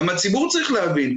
גם הציבור צריך להבין,